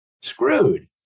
screwed